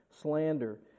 slander